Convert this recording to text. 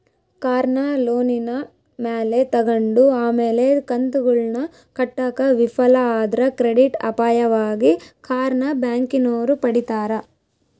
ಕಾರ್ನ ಲೋನಿನ ಮ್ಯಾಲೆ ತಗಂಡು ಆಮೇಲೆ ಕಂತುಗುಳ್ನ ಕಟ್ಟಾಕ ವಿಫಲ ಆದ್ರ ಕ್ರೆಡಿಟ್ ಅಪಾಯವಾಗಿ ಕಾರ್ನ ಬ್ಯಾಂಕಿನೋರು ಪಡೀತಾರ